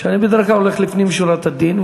ואני בדרך כלל הולך לפנים משורת הדין,